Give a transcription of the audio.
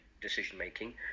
decision-making